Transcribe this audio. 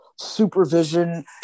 supervision